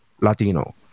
Latino